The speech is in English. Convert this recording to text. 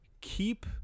keep